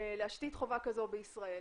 להשתית חובה כזו בישראל,